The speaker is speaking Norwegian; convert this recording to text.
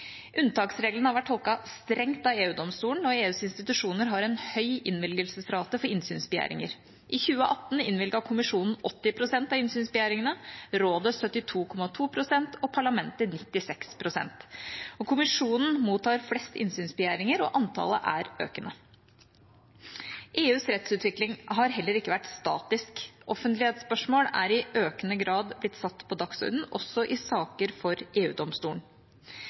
Unntaksreglene har vært tolket strengt av EU-domstolen, og EUs institusjoner har en høy innvilgelsesrate for innsynsbegjæringer. I 2018 innvilget Kommisjonen 80 pst. av innsynsbegjæringene, Rådet 72,2 pst. og Parlamentet 96 pst. Kommisjonen mottar flest innsynsbegjæringer, og antallet er økende. EUs rettsutvikling har heller ikke vært statisk. Offentlighetsspørsmål er i økende grad blitt satt på dagsordenen også i saker for